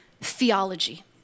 theology